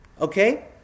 Okay